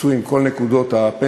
יצאו עם כל נקודות הפנסיה.